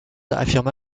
affirma